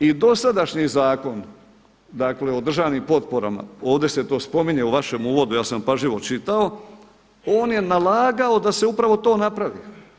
I dosadašnji zakon o državnim potporama, ovdje se to spominje u vašem uvodu, ja sam pažljivo čitao, on je nalagao da se upravo to napravi.